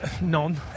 none